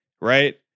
right